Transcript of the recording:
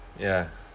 ya